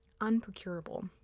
unprocurable